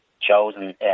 chosen